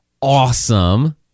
awesome